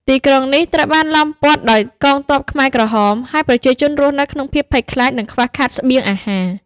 ទីក្រុងនេះត្រូវបានឡោមព័ទ្ធដោយកងទ័ពខ្មែរក្រហម ហើយប្រជាជនរស់នៅក្នុងភាពភ័យខ្លាច និងខ្វះខាតស្បៀងអាហារ។